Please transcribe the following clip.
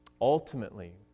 Ultimately